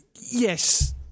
Yes